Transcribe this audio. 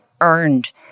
earned